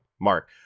Mark